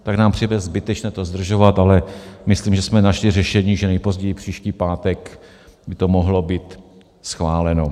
Tak nám přijde zbytečné to zdržovat, ale myslím, že jsme našli řešení, že nejpozději příští pátek by to mohlo být schváleno.